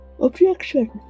Objection